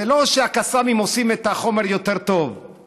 זה לא שהקסאמים עושים את החומר יותר טוב,